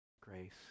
Grace